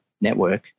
network